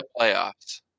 playoffs